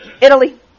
Italy